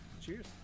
Cheers